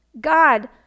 God